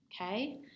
Okay